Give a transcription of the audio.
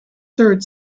third